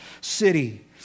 city